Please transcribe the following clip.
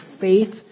faith